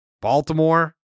Baltimore